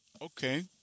Okay